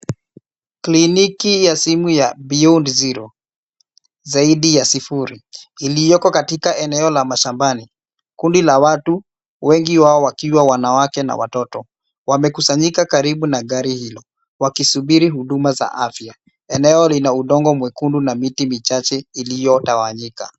Kliniki ya simu ya Beyond Zero, zaidi ya sifuri, iliyoko katika eneo la mashambani. Kundi la watu, wengi wao wakiwa wanawake na watoto. Wamekusanyika karibu na gari hilo wakisubiri huduma za afya. Eneo lina udongo mwekundu na miti michache iliyotawanyika.